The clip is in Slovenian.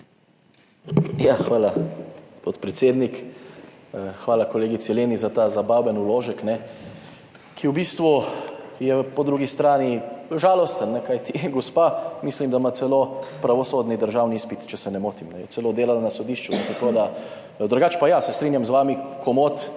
hvala podpredsednik. Hvala kolegici Leni za ta zabaven vložek, ki je v bistvu, je po drugi strani žalosten, kajti gospa mislim, da ima celo pravosodni državni izpit, če se ne motim, je celo delala na sodišču, tako da. Drugače pa ja, se strinjam z vami, komot